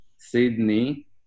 Sydney